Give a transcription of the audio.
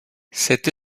cette